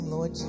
Lord